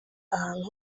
ahantu